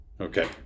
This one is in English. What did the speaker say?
okay